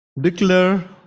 declare